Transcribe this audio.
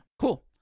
cool